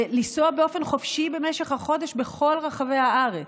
לנסוע באופן חופשי במשך החודש בכל רחבי הארץ.